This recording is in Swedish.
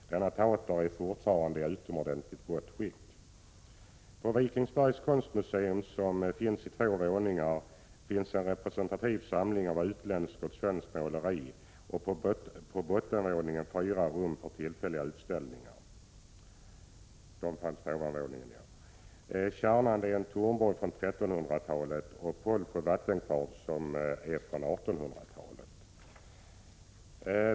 Denna teater är fortfarande i utomordentligt gott skick. På Vikingsbergs konstmuseum finns i bottenvåningen en representativ samling av utländskt och svenskt måleri och i övervåningen fyra rum för tillfälliga utställningar. I museet ingår vidare Kärnan, som är en tornborg från 1300-talet, och Pålsjö vattenkvarn från 1800-talet.